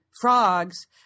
frogs